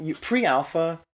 Pre-alpha